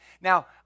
Now